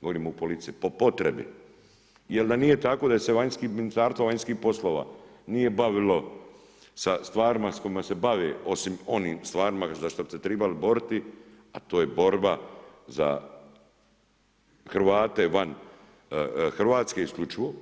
Govorim o politici, po potrebi jer da nije tako da se Ministarstvo vanjskih poslova nije bavilo sa stvarima sa kojima se bave osim onim stvarima za što bi se trebali boriti, a to je borba za Hrvate van Hrvatske isključivo